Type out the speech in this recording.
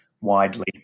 widely